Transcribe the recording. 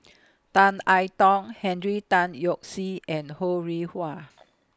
Tan I Tong Henry Tan Yoke See and Ho Rih Hwa